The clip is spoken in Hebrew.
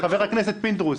חבר הכנסת פינדרוס,